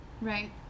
Right